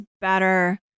better